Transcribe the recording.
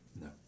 No